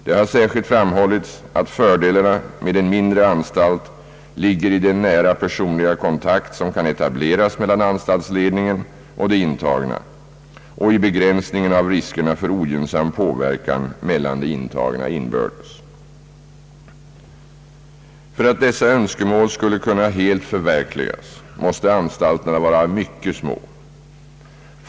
Det har särskilt framhållits att fördelarna med en mindre anstalt ligger i den nära personliga kontakt som kan etableras mellan anstaltsledningen och de intagna samt i begränsningen av riskerna för ogynnsam påverkan mellan de intagna inbördes. För att dessa önskemål skall kunna helt förverkligas måste anstalterna vara mycket små.